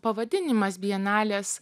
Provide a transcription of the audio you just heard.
pavadinimas bienalės